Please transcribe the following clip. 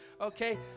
Okay